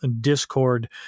Discord